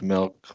Milk